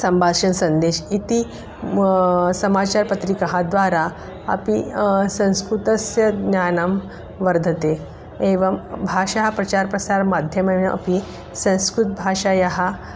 सम्भाषणसन्देशः इति समाचारपत्रिकाः द्वारा अपि संस्कृतस्य ज्ञानं वर्धते एवं भाषायाः प्रचारप्रसारमाध्यमेन अपि संस्कृतभाषायाः